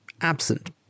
absent